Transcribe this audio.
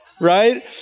right